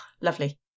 lovely